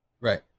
right